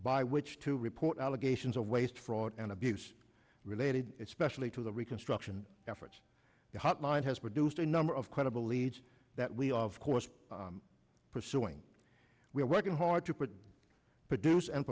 by which to report allegations of waste fraud and abuse related especially to the reconstruction efforts the hotline has produced a number of credible leads that we of course pursuing we are working hard to put produce and